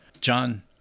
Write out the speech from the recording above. John